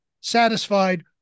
satisfied